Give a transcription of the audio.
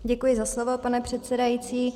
Děkuji za slovo, pane předsedající.